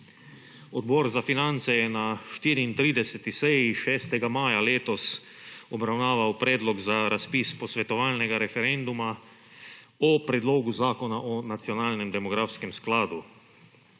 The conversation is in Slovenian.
Odbor za finance je na 34. seji, 6. maja letos, obravnaval predlog za razpis posvetovalnega referenduma o Predlogu zakona o nacionalnem demografskem skladu.